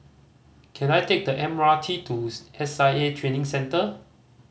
can I take the M R T to S I A Training Centre